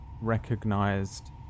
recognized